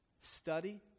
study